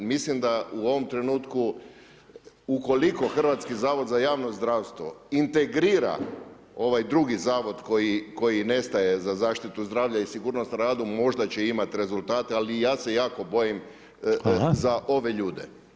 Mislim da u ovom trenutku, ukoliko Hrvatski zavod za javno zdravstvo integrira ovaj drugi Zavod, koji nestaje, za zaštitu zdravlja i sigurnost na radu, možda će imati rezultate, ali ja se jako bojim za ove ljude.